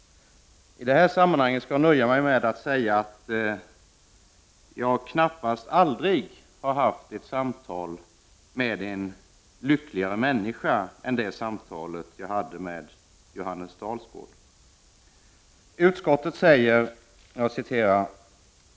Jag skall nöja mig med att säga att jag nog aldrig har haft ett samtal med någon som varit lyckligare än Johannes Dalsgaard.